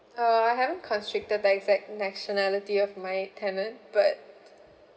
uh I haven't constricted the exact nationality of my tenant but